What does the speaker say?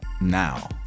now